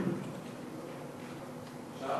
אפשר?